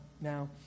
now